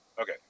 okay